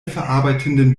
verarbeitenden